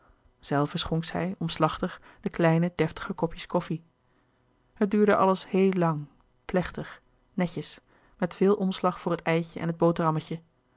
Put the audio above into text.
zelve schonk zij omslachtig de kleine deftige kopjes koffie het duurde alles heel lang plechtig netjes met veel omslag voor het eitje en het boterhammetje